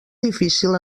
difícil